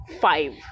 five